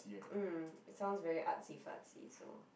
mm it sounds very artsy fartsy so